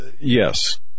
yes